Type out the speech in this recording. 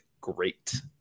great